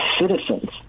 citizens